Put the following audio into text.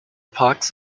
parks